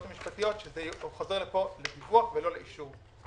המשפטיות שזה יחזור לפה לדיווח ולא לאישור.